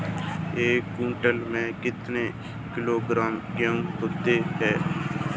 एक क्विंटल में कितना किलोग्राम गेहूँ होता है?